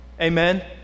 Amen